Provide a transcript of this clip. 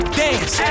dance